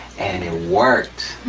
and it works.